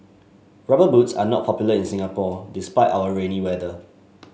rubber boots are not popular in Singapore despite our rainy weather